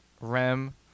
rem